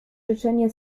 życzenie